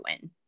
win